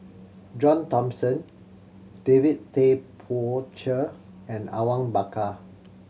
John Thomson David Tay Poey Cher and Awang Bakar